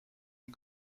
les